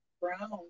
brown